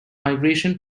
migration